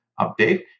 update